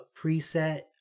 preset